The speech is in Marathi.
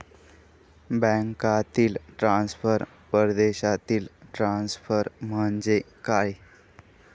बँकांतील ट्रान्सफर, परदेशातील ट्रान्सफर म्हणजे काय?